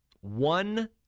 one